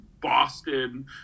Boston